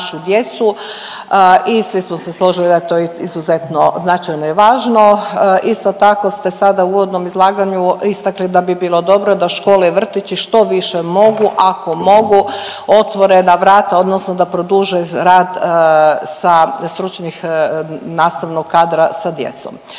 I svi smo se složili da je to izuzetno značajno i važno. Isto tako ste sada u uvodom izlaganju istakli da bi bilo dobro da škole i vrtići što više mogu ako mogu otvorena vrata odnosno da produže rad sa stručnih nastavnog kadra sa djecom.